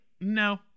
no